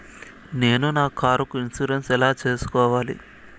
నేను నా కారుకు ఇన్సూరెన్సు ఎట్లా సేసుకోవాలి